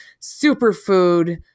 superfood